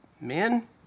men